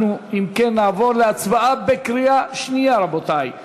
אנחנו, אם כן, נעבור להצבעה בקריאה שנייה, רבותי.